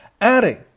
Adding